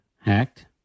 Hacked